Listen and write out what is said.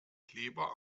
kleber